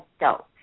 adult